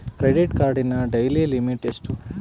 Credit ಕಾರ್ಡಿನ daily limit ಎಷ್ಟು?